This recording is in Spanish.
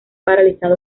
paralizado